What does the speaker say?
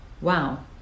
Wow